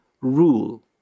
rule